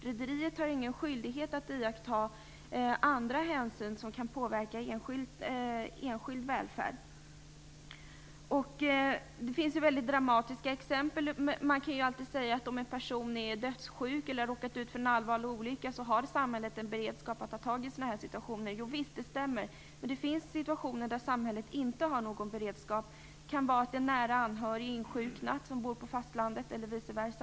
Rederiet har ingen skyldighet att iaktta andra hänsyn som kan påverka enskild välfärd. Det finns här väldigt dramatiska exempel. Man skulle kunna påpeka att om en person är dödssjuk eller har råkat ut för en allvarlig olycka har samhället en beredskap att ta ansvar för situationen. Jo visst, det stämmer. Men det finns situationer då samhället inte har någon sådan beredskap. Det kan vara i situationer då en fastlandsboende nära anhörig till någon som bor på Gotland har insjuknat, eller vice versa.